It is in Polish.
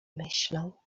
myślał